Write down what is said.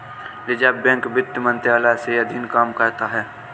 reserve Bank वित्त मंत्रालय के अधीन काम करता है